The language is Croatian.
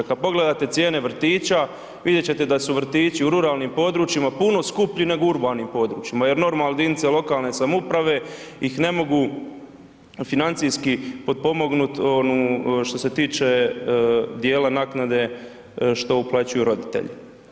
Kad pogledate cijene vrtića, vidjeti ćete da su vrtići u ruralnim područjima puno skuplji nego u urbanim područjima jer normalno jedinice lokalne samouprave ih ne mogu financijski potpomognuti što se tiče dijela naknade što uplaćuju roditelji.